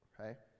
Okay